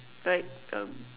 like um